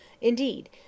Indeed